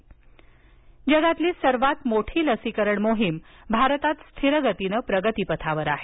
लसीकरण जगातील सर्वात मोठी लसीकरण मोहीम भारतात स्थिर गतीनं प्रगतीपथावर आहे